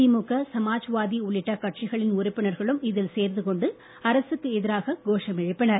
திமுக சமாஜ்வாதி உள்ளிட்ட கட்சிகளின் உறுப்பினர்களும் இதில் சேர்ந்துகொண்டு அரசுக்கு எதிராக கோஷம் எழுப்பினர்